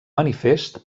manifest